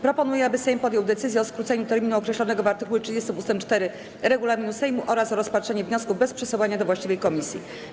Proponuję, aby Sejm podjął decyzję o skróceniu terminu określonego w art. 30 ust. 4 regulaminu Sejmu oraz o rozpatrzeniu wniosków bez przesyłania do właściwej komisji.